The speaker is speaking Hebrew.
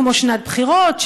כמו שנת בחירות,